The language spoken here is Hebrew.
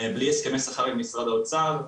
בלי הסכמי שכר עם משרד האוצר.